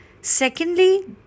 secondly